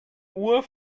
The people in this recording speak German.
uhr